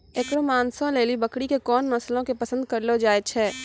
एकरो मांसो लेली बकरी के कोन नस्लो के पसंद करलो जाय छै?